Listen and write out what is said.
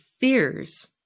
fears